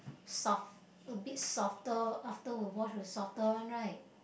soft a bit softer after were wash will softer one right